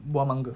buah mangga